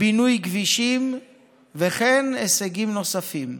בינוי כבישים והישגים נוספים.